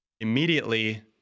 Immediately